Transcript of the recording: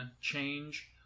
change